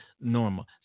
Normal